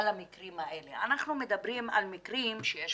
המקרים האלה, אנחנו מדברים על מקרים שיש